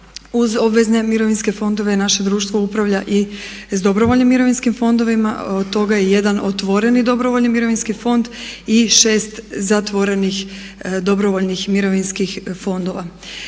Uz obvezne mirovinske fondove naše društvo upravlja i sa dobrovoljnim mirovinskim fondovima, od toga je jedan otvoreni dobrovoljni mirovinski fond i 6 zatvorenih dobrovoljnih mirovinskih fondova.